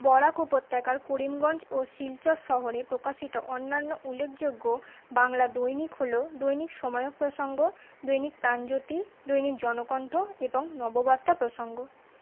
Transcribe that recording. বরাক উপত্যকার করিমগঞ্জ ও শিলচর শহরে প্রকাশিত অন্যান্য উল্লেখযোগ্য বাংলা দৈনিক হল দৈনিক সময়ক প্রসঙ্গ দৈনিক প্রাণজ্যোতি দৈনিক জনকণ্ঠ এবং নববার্তা প্রসঙ্গ